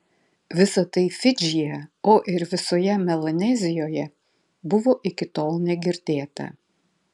visa tai fidžyje o ir visoje melanezijoje buvo iki tol negirdėta